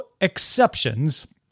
exceptions